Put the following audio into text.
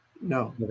No